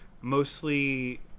mostly